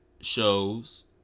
shows